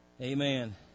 Amen